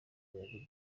birori